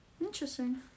Interesting